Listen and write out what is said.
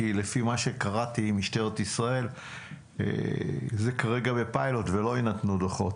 כי לפי מה שקראתי זה כרגע בפיילוט ולא יינתנו דוחות.